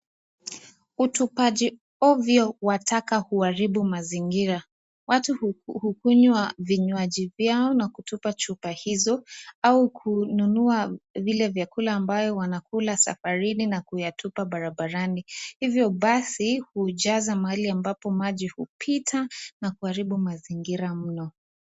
Utupaji ovyo wa taka huharibu mazingira . Watu hukunywa vinywaji vyao na kutupa chupa hizo au kununua vile vyakula ambayo wanakula safarini na kuyatupa barabarani . Hivyo basi hujaza mahali ambapo maji hupita na kuharibu mazingira mno.